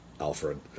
Alfred